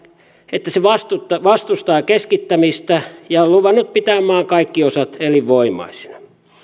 että se vastustaa keskittämistä ja on luvannut pitää maan kaikki osat elinvoimaisina